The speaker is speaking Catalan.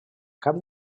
cap